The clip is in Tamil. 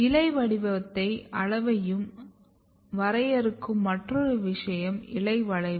இலை வடிவத்தையும் அளவையும் வரையறுக்கும் மற்றொரு விஷயம் இலை வளைவு